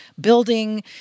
building